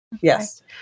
Yes